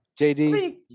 JD